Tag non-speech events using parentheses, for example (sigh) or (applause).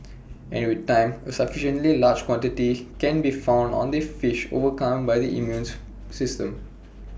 and with time A sufficiently large quantity can be found on the fish overcome by the immune (noise) system